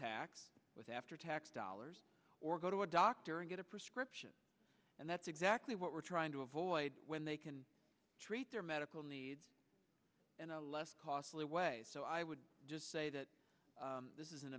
tax with after tax dollars or go to a doctor and get a prescription and that's exactly what trying to avoid when they can treat their medical needs in a less costly way so i would just say that this is an